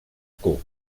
cook